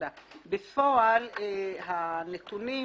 בפועל הנתונים,